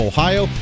Ohio